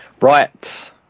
Right